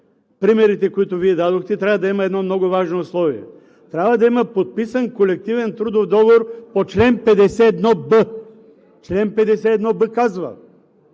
примерите, които Вие дадохте, трябва да има едно много важно условие – трябва да има подписан колективен трудов договор по чл. 51б. Член 51б казва: